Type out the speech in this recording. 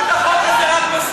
אנחנו עוברים להצבעה.